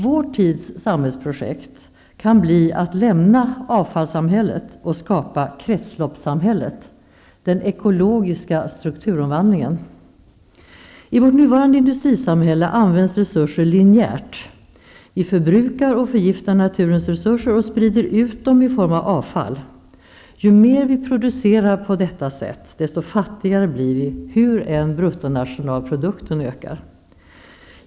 Vår tids samhällsprojekt kan bli att lämna avfallssamhället och skapa kretsloppssamhället, den ekologiska strukturomvandlingen. I vårt nuvarande industrisamhälle används resurser linjärt. Vi förbrukar och förgiftar naturens resurser och sprider ut dem i form av avfall. Ju mer vi producerar på detta sätt, desto fattigare blir vi, hur än bruttonationalprodukten ökar.